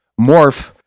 morph